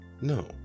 No